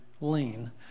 lean